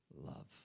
Love